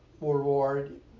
reward